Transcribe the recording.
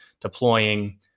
deploying